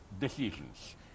decisions